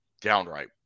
downright